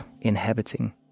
inhabiting